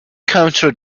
cultural